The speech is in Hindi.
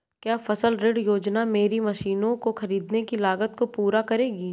क्या फसल ऋण योजना मेरी मशीनों को ख़रीदने की लागत को पूरा करेगी?